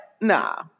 Nah